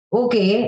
okay